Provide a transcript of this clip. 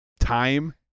Time